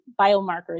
biomarkers